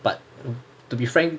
but to to be frank